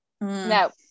No